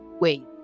Wait